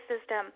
system